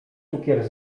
cukier